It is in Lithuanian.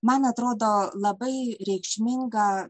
man atrodo labai reikšminga